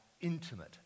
intimate